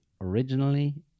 originally